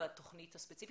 בתוכנית הספציפית,